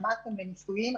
שמעתם נישואים,